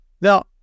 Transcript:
Now